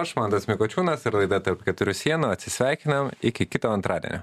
aš mantas mikočiūnas ir laida tarp keturių sienų atsisveikinam iki kito antradienio